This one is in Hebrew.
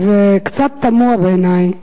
אז קצת תמוה בעיני.